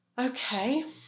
Okay